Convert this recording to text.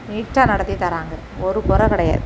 நீட்டாக நடத்தித் தர்றாங்க ஒரு கொறை கிடையாது